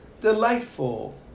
Delightful